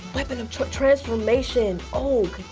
weapon of choice transformation, oh.